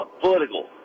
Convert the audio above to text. political